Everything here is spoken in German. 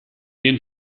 den